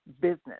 business